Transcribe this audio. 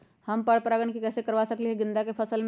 हम पर पारगन कैसे करवा सकली ह गेंदा के फसल में?